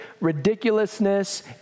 ridiculousness